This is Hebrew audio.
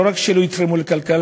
לא רק שלא יתרמו לכלכלה,